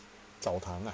澡堂啊